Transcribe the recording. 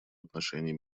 отношений